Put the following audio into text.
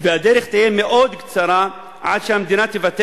והדרך תהיה מאוד קצרה עד שהמדינה תוותר